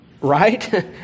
right